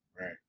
right